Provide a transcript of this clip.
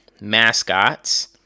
mascots